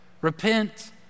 Repent